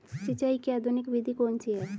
सिंचाई की आधुनिक विधि कौन सी है?